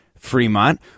Fremont